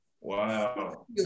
wow